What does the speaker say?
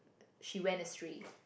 she went astray